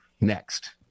Next